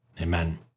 Amen